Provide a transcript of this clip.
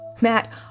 Matt